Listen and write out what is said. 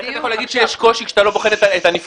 איך אתה יכול להגיד שיש קושי כשאתה לא בוחן את הנבחנים?